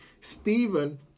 Stephen